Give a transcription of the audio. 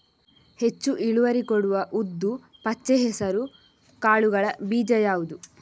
ಹೆಚ್ಚು ಇಳುವರಿ ಕೊಡುವ ಉದ್ದು, ಪಚ್ಚೆ ಹೆಸರು ಕಾಳುಗಳ ಬೀಜ ಯಾವುದು?